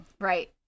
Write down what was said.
Right